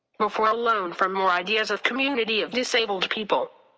before alone for more ideas of community of disabled people.